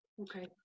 Okay